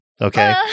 okay